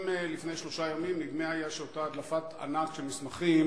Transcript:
אם לפני שלושה ימים נדמה היה שאותה הדלפת ענק של מסמכים